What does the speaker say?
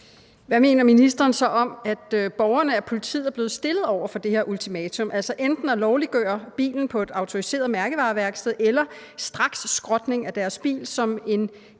Hvad mener ministeren så om, at borgerne af politiet er blevet stillet over for det her ultimatum – enten at lovliggøre bilen på et autoriseret mærkevareværksted eller straksskrotning af deres bil som